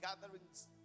gatherings